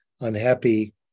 unhappy